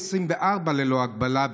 24 ללא הגבלה,